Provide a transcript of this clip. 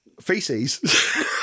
Feces